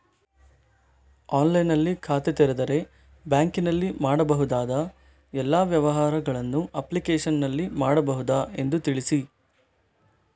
ಆನ್ಲೈನ್ನಲ್ಲಿ ಖಾತೆ ತೆರೆದರೆ ಬ್ಯಾಂಕಿನಲ್ಲಿ ಮಾಡಬಹುದಾ ಎಲ್ಲ ವ್ಯವಹಾರಗಳನ್ನು ಅಪ್ಲಿಕೇಶನ್ನಲ್ಲಿ ಮಾಡಬಹುದಾ ಎಂದು ತಿಳಿಸಿ?